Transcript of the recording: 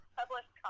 published